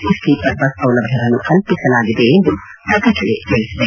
C sleeper bus ಸೌಲಭ್ವವನ್ನು ಕಲ್ಪಿಸಲಾಗಿದೆ ಎಂದು ಪ್ರಕಟಣೆ ತಿಳಿಸಿದೆ